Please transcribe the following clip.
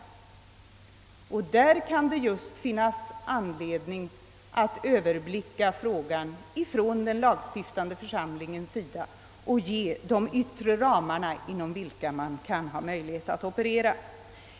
Just där kan det finnas anledning för den lagstiftande församlingen att överblicka frågan och ange de yttre ramar, inom vilka man har möjlighet att operera.